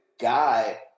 guy